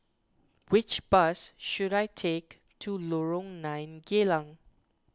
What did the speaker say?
which bus should I take to Lorong nine Geylang